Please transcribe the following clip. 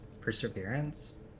perseverance